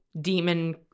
demon